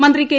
മന്ത്രി കെ